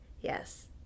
Yes